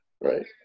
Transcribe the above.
right